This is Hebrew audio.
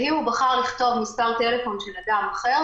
ואם הוא בחר לכתוב מס' טלפון של אדם אחר,